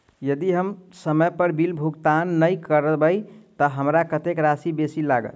यदि हम समय पर बिल भुगतान नै करबै तऽ हमरा कत्तेक राशि बेसी लागत?